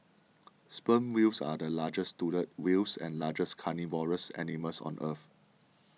sperm whales are the largest toothed whales and largest carnivorous animals on earth